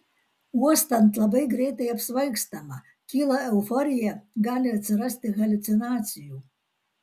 uostant labai greitai apsvaigstama kyla euforija gali atsirasti haliucinacijų